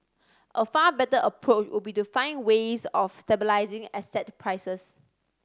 a far better approach would be to find ways of stabilising asset prices